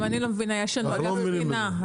גם אני לא מבינה, יש לנו אגף תקינה.